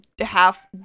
half